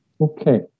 okay